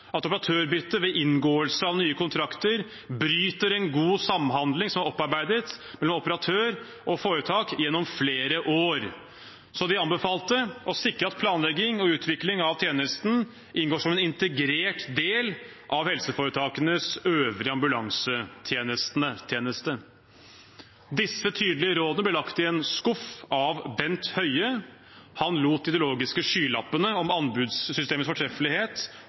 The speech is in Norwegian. at operatørbytte ved inngåelse av nye kontrakter bryter en god samhandling som er opparbeidet mellom operatør og foretak gjennom flere år. De anbefalte å sikre at planlegging og utvikling av tjenesten inngår som en integrert del av helseforetakenes øvrige ambulansetjeneste. Dette tydelige rådet ble lagt i en skuff av Bent Høie. Han lot de ideologiske skylappene om anbudssystemets fortreffelighet